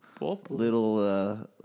Little